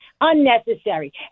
Unnecessary